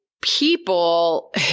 people